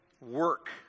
work